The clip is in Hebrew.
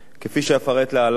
כפי שאפרט להלן,